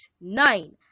nine